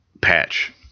patch